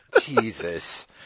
Jesus